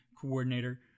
coordinator